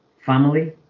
family